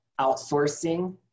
outsourcing